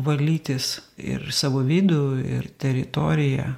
valytis ir savo vidų ir teritoriją